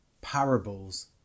parables